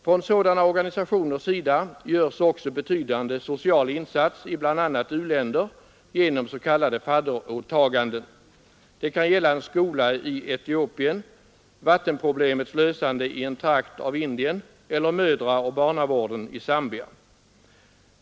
Från sådana organisationer görs också en betydande social insats i bl.a. u-länder genom s.k. fadderåtaganden. Det kan gälla en skola i Etiopien, vattenproblemets lösande i en trakt av Indien eller mödraoch barnavården i Zambia.